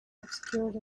obscured